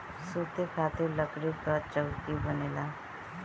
सुते खातिर लकड़ी कअ चउकी बनेला